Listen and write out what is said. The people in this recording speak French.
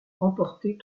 remportée